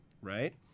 right